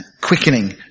quickening